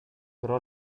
però